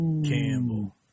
Campbell